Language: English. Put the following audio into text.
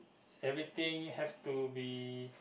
everything have to be